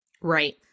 Right